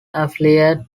affiliate